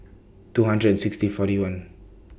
two hundred and sixty forty one